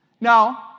Now